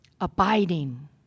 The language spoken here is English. Abiding